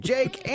Jake